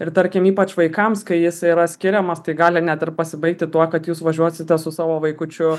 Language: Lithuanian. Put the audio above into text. ir tarkim ypač vaikams kai jis yra skiriamas tai gali net ir pasibaigti tuo kad jūs važiuosite su savo vaikučiu